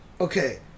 okay